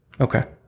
Okay